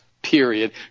Period